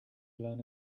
blown